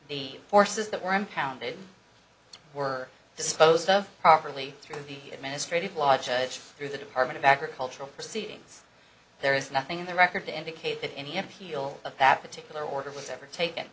the forces that were impounded were disposed of properly through the administrative law judge through the department of agricultural proceedings there is nothing in the record to indicate that any appeal of that particular order was ever taken